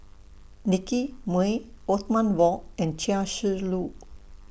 Nicky Moey Othman Wok and Chia Shi Lu